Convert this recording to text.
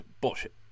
bullshit